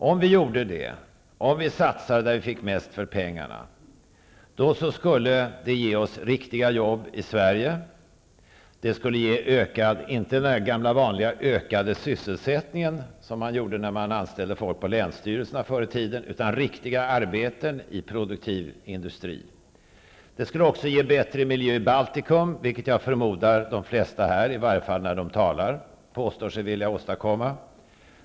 Om vi gjorde det och alltså satsade där vi fick mest för pengarna, skulle det ge oss riktiga jobb i Sverige -- inte den gamla vanliga ökade sysselsättningen som man åstadkom när man anställde folk på länsstyrelserna förr i tiden utan riktiga arbeten i produktiv industri. Det skulle också ge bättre miljö i Baltikum, vilket de flesta här påstår sig vilja åstadkomma, åtminstone när de talar.